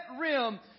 rim